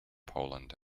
poland